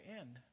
end